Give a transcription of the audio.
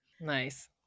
Nice